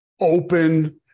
open